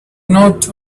note